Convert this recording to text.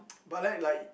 but that like